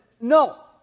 No